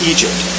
Egypt